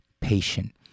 patient